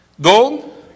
Gold